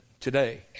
today